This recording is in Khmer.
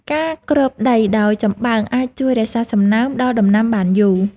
ការគ្របដីដោយចំបើងអាចជួយរក្សាសំណើមដល់ដំណាំបានយូរ។